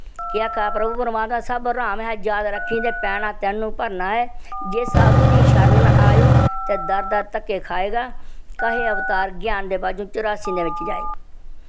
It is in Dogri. केह् आक्खा दा प्रभु परमात्मा सब हराम ऐ जाद रक्खें ते पैना तैनू भरना ऐ जे साधु दी शरणन आएओ ते दर दर धक्के खाए गा कहे अवतार ज्ञान दे बाद जून चौरासी दे बिच जायेगा